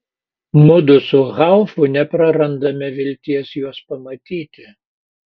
mudu su haufu neprarandame vilties juos pamatyti